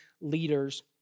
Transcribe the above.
leaders